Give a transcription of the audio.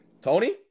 Tony